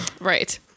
right